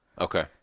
Okay